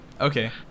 Okay